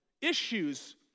issues